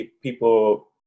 people